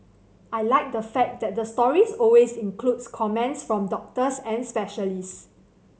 I like the fact that the stories always includes comments from doctors and specialist